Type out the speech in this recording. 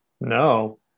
No